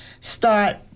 start